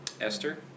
Esther